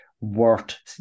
worth